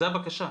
זו הבקשה.